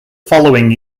following